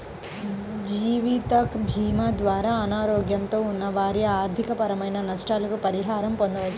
జీవితభీమా ద్వారా అనారోగ్యంతో ఉన్న వారి ఆర్థికపరమైన నష్టాలకు పరిహారం పొందవచ్చు